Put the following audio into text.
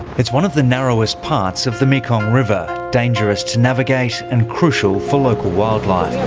it's one of the narrowest parts of the mekong river, dangerous to navigate and crucial for local wildlife.